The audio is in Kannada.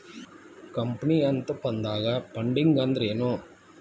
ಕಂಪನಿ ಅಂತ ಬಂದಾಗ ಫಂಡಿಂಗ್ ಅಂದ್ರೆನು?